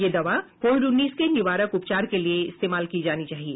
यह दवा कोविड उन्नीस के निवारक उपचार के लिए इस्तेमाल की जानी चाहिए